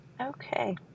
Okay